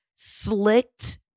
slicked